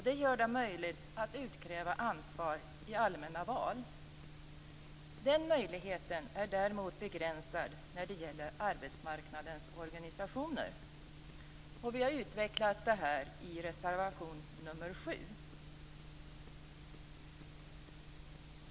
Det gör det möjligt att utkräva ansvar i allmänna val. Den möjligheten är däremot begränsad när det gäller arbetsmarknadens organisationer. Vi har utvecklat detta i reservation nr 7.